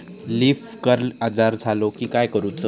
Leaf curl आजार झालो की काय करूच?